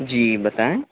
جی بتائیں